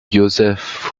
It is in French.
joseph